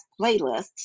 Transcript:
playlists